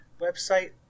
website